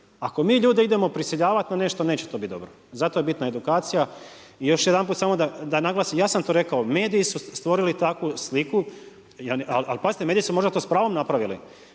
Ako mi ljude idemo prisiljavati na nešto neće to biti dobro, zato je bitna edukacija. I još jedanput samo da naglasim, ja sam to rekao, mediji su stvorili takvu sliku, ali pazite mediji su to možda s pravom napravili